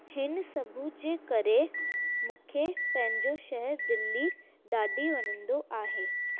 हिन सभ जे करे मूंखे पंहिंजो शहर दिल्ली ॾाढी वणंदी आहे